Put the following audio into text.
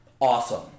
awesome